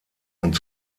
und